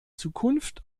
zukunft